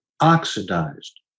oxidized